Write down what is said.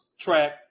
track